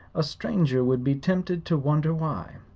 a stranger would be tempted to wonder why.